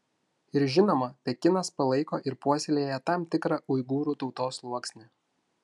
ir žinoma pekinas palaiko ir puoselėja tam tikrą uigūrų tautos sluoksnį